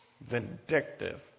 vindictive